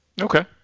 Okay